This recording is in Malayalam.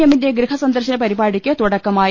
എമ്മിന്റെ ഗൃഹസന്ദർശന പരിപാടിക്ക് തുടക്ക മായി